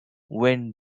when